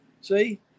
See